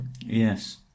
Yes